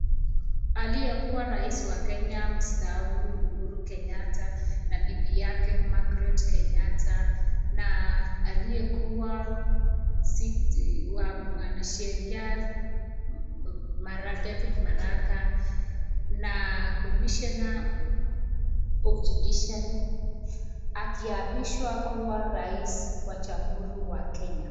Aliyekuwa rais wa Kenya, mstaafu Uhuru Kenyatta na bibi yake Margret Kenyatta na aliyekuwa mwanasheria, David Maraga na commissioner of judiciary akiapishwa kuwa rais wa jamhuri wa Kenya.